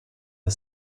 the